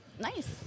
Nice